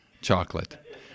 chocolate